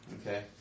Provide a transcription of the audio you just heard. Okay